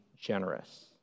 generous